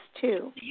two